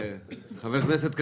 חבר הכסת קריב,